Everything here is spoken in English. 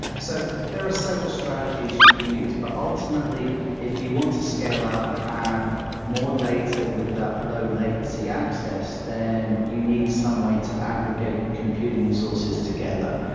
so there are several strategies you can use, but ultimately if you want to scale out and have more data with that low latency access, then you need some way to aggregate computing resources together.